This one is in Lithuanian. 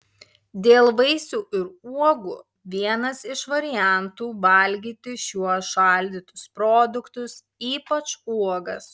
dėl vaisių ir uogų vienas iš variantų valgyti šiuos šaldytus produktus ypač uogas